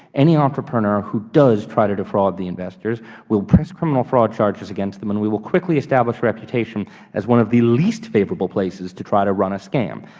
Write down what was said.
any entrepreneur who does try to defraud the investors. we will press criminal fraud charges against them and we will quickly establish reputation as one of the least favorable places to try to run a scam.